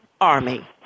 Army